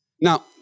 Now